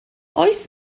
oes